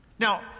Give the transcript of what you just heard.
Now